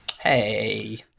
Hey